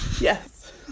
Yes